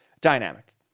dynamic